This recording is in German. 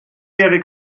ihre